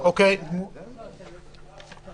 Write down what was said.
של היועץ המשפטי לממשלה וגם של עורך הדין שלנו,